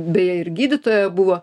beje ir gydytoja buvo